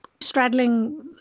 straddling